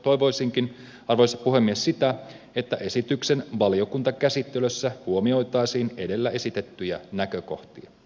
toivoisinkin arvoisa puhemies että esityksen valiokuntakäsittelyssä huomioitaisiin edellä esitettyjä näkökohtia